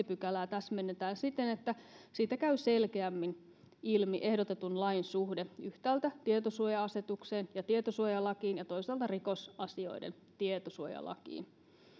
pykälää täsmennetään siten että siitä käy selkeämmin ilmi ehdotetun lain suhde yhtäältä tietosuoja asetukseen ja tietosuojalakiin ja toisaalta rikosasioiden tietosuojalakiin